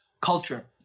culture